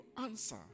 answer